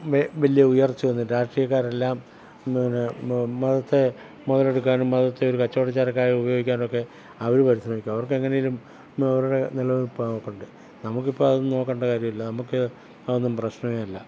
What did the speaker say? വലിയ ഉയർച്ചയൊന്നും രാഷ്ട്രീയക്കാരെല്ലാം എന്താ പറയുക ഇപ്പോൾ മതത്തെ മുതലെടുക്കാനും മതത്തെ ഒരു കച്ചവടചരക്കായി ഉപയോഗിക്കാനും ഒക്കെ അവർ പരിശ്രമിക്കും അവർക്ക് എങ്ങനെയെങ്കിലും അവരുടെ നിലനിൽപ്പാണ് നോക്കേണ്ടത് നമുക്കിപ്പോൾ അതൊന്നും നോക്കേണ്ട കാര്യമില്ല നമുക്ക് അതൊന്നും പ്രശ്നമേ അല്ല